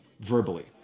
verbally